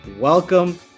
welcome